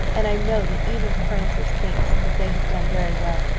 and i know that even frances thinks that they have done very well.